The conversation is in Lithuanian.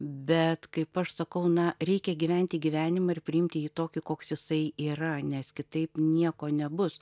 bet kaip aš sakau na reikia gyventi gyvenimą ir priimti jį tokį koks jisai yra nes kitaip nieko nebus